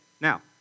Now